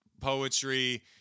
poetry